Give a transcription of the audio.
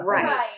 Right